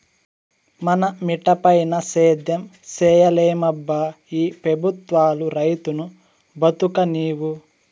మన మిటపైన సేద్యం సేయలేమబ్బా ఈ పెబుత్వాలు రైతును బతుకనీవు